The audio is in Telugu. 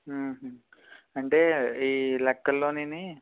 అంటే ఈ లెక్కలోనిని